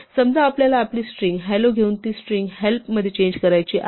समजा आपल्याला आपली स्ट्रिंग "hello " घेऊन ती स्ट्रिंग "help " मध्ये चेंज करायची आहे